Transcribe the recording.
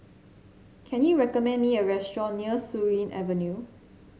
can you recommend me a restaurant near Surin Avenue